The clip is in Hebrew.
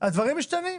דברים משתנים.